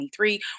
2023